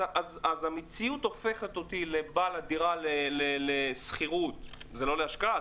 אז המציאות הופכת אותי לבעל הדירה לשכירות זה לא להשקעה,